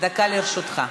דקה לרשותך.